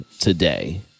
today